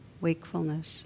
wakefulness